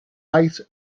ice